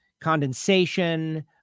condensation